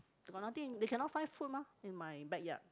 they got nothing they cannot find food mah in my backyard